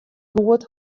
goed